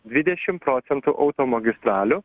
dvidešim procentų automagistralių